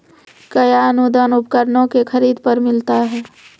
कया अनुदान उपकरणों के खरीद पर मिलता है?